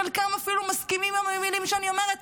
חלקם אפילו מסכימים עם המילים שאני אומרת,